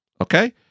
Okay